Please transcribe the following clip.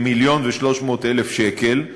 של 1,300,000 שקל.